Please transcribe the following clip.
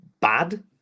bad